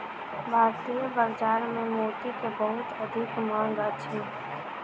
भारतीय बाजार में मोती के बहुत अधिक मांग अछि